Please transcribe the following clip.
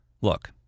Look